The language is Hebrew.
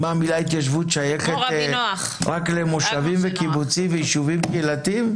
המילה התיישבות שייכת רק למושבים וקיבוצים ויישובים קהילתיים?